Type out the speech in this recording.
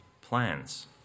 plans